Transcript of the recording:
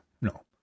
no